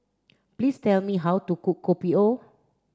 please tell me how to cook Kopi O